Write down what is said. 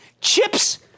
Chips